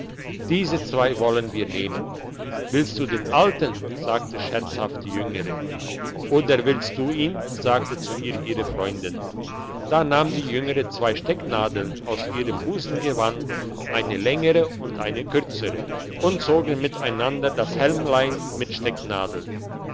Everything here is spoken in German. diese zwei wollen wir nehmen willst du den alten sagte scherzhaft die jüngere oder willst du ihn sagte zu ihr ihre freundin da nahm die jüngere zwei stecknadeln aus ihrem busengewand eine längere und eine kürzere und zogen miteinander das hälmlein mit stecknadeln